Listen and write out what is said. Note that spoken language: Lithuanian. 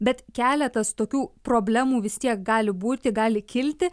bet keletas tokių problemų vis tiek gali būti gali kilti